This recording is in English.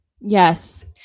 Yes